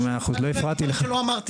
בהבונים זה לא מתאים,